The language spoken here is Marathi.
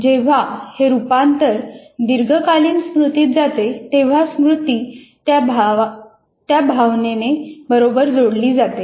जेव्हा हे रूपांतर दीर्घकालीन स्मृतीत जाते तेव्हा स्मृती त्या भावनेने बरोबर जोडली जाते